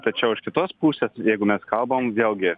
tačiau iš kitos pusės jeigu mes kalbam vėlgi